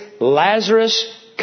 Lazarus